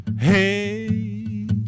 Hey